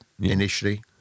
Initially